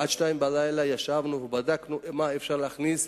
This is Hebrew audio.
עד 02:00 ישבנו ובדקנו מה אפשר להכניס,